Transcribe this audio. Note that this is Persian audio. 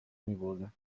میبردند